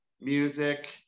music